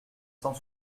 cent